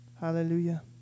Hallelujah